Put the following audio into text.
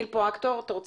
אני רוצה